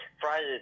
Friday